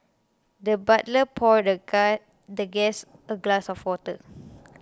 the butler poured the guy the guest a glass of water